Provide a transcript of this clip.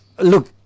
Look